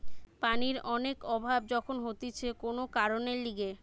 পানির অনেক অভাব যখন হতিছে কোন কারণের লিগে